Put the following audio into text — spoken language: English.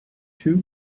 two